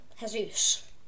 Jesus